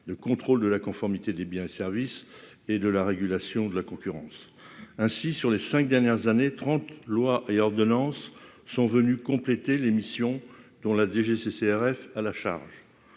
le contrôle de la conformité des biens, services et de la régulation de la concurrence ainsi sur les 5 dernières années 30 loi ailleurs de Lens sont venus compléter l'émission dont la DGCCRF à la charge